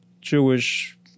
Jewish